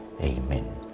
Amen